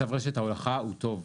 מצב רשת ההולכה הוא טוב,